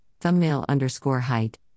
thumbnail-underscore-height